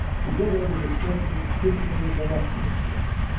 together with a certain physical voluptuousness.